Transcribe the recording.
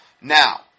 Now